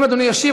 אם אדוני ישיב,